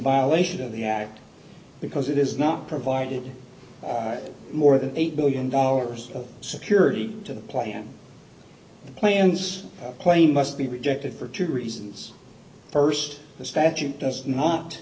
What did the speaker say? violation of the act because it is not provided more than eight billion dollars of security to the plan the plans plain must be rejected for two reasons st the statute does not